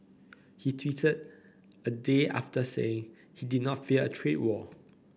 he tweeted a day after saying he did not fear a trade war